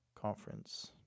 Conference